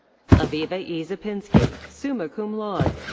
aviva e. zapinsky, summa cum laude.